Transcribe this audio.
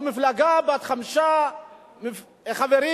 או מפלגה בת חמישה חברים